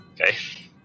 okay